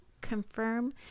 confirm